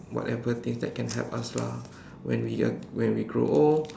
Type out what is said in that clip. whatever things that can help us lah when we are when we grow old